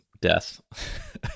death